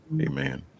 Amen